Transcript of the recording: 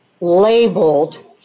labeled